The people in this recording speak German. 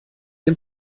dem